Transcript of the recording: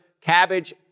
Cabbage